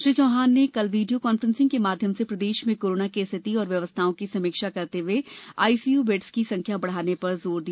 श्री चौहान ने कल video conferencing के माध्यम से प्रदेश में कोरोना की स्थिति एवं व्यवस्थाओं की समीक्षा करते हुए आईसीयू बेड्स की संख्या बढ़ाने पर जोर दिया